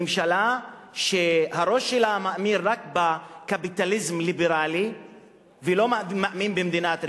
ממשלה שהראש שלה מאמין רק בקפיטליזם ליברלי ולא מאמין במדינת רווחה,